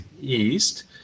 east